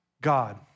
God